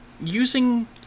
Using